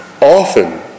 often